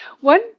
one